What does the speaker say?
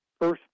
first